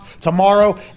tomorrow